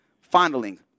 fondling